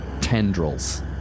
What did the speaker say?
tendrils